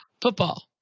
Football